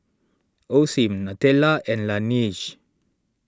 Osim Nutella and Laneige